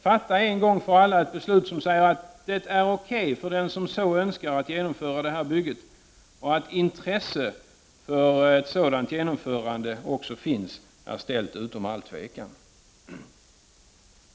Fatta en gång för alla ett beslut som säger att det är okej för den som så önskar att genomföra bygget. Att intresse för ett sådant genomförande finns är ställt utom allt tvivel.